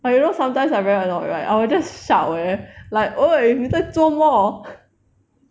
but you know sometimes like very loud right I will just shout leh like !oi! 你在做么